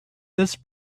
this